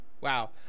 Wow